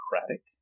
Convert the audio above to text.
Democratic